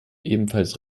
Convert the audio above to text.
ebenfalls